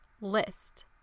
list